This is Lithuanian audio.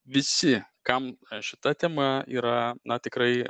visi kam šita tema yra tikrai